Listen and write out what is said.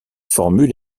formule